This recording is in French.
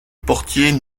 portier